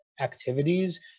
activities